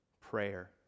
prayer